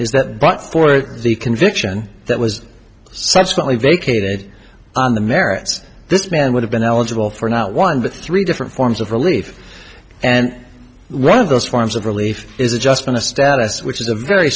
is that but for the conviction that was subsequently vacated on the merits this man would have been eligible for not one but three different forms of relief and one of those forms of relief is adjustment of status which is a very